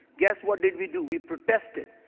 guess what did we do, we protested,